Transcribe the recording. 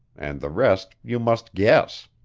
and the rest you must guess.